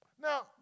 Now